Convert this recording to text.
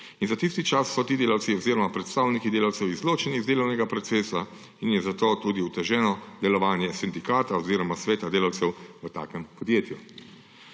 In za tisti čas so ti delavci oziroma predstavniki delavcev izločeni iz delovnega procesa in je zato tudi oteženo delovanje sindikata oziroma sveta delavcev v takem podjetju.